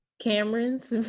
Cameron's